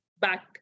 back